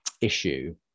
issue